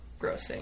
grossing